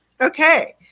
Okay